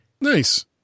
Nice